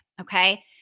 okay